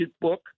book